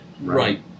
Right